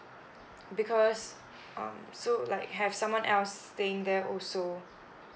because um so like have someone else staying there also